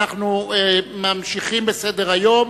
אנו ממשיכים בסדר-היום.